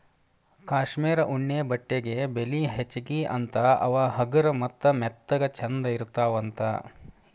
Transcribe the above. cashmere ಉಣ್ಣೆ ಬಟ್ಟೆಗೆ ಬೆಲಿ ಹೆಚಗಿ ಅಂತಾ ಅವ ಹಗರ ಮತ್ತ ಮೆತ್ತಗ ಚಂದ ಇರತಾವಂತ